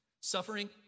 suffering